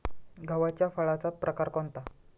गव्हाच्या फळाचा प्रकार कोणता?